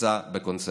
שנמצא בקונסנזוס.